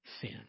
sin